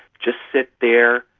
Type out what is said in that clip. just sit there,